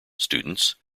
students